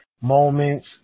moments